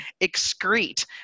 excrete